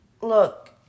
look